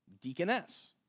deaconess